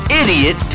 idiot